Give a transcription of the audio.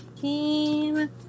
team